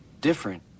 Different